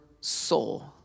soul